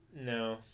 no